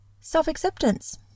self-acceptance